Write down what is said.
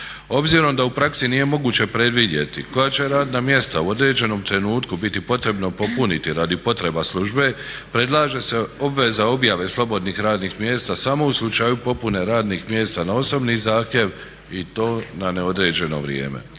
Obzirom da u praksi nije moguće predvidjeti koja će radna mjesta u određenom trenutku biti potrebno popuniti radi potreba službe predlaže se obveza objave slobodnih radnih mjesta samo u slučaju popune radnih mjesta na osobni zahtjev i to na neodređeno vrijeme.